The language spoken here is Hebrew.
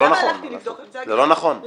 זה לא נכון.